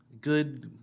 good